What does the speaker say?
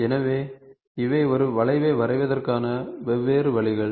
எனவே இவை ஒரு வளைவை வரைவதற்கான வெவ்வேறு வழிகள்